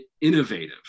innovative